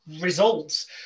results